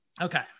Okay